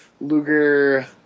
Luger